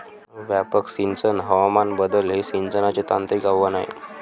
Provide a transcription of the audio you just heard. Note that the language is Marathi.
व्यापक सिंचन हवामान बदल हे सिंचनाचे तांत्रिक आव्हान आहे